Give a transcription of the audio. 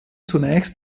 zunächst